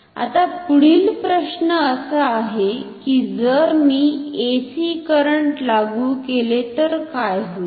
आता पुढील प्रश्न असा आहे की जर मी AC करंट लागू केले तर काय होईल